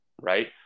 right